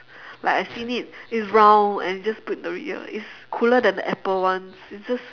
like I seen it it's it round and your just put in the ear it's cooler than the apple ones it's just